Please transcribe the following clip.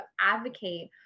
advocate